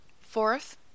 Fourth